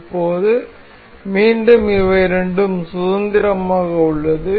இப்போது மீண்டும் இவை இரண்டும் சுதந்திரமாக உள்ளது